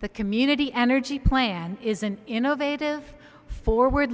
the community energy plan is an innovative forward